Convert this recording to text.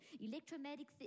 electromagnetic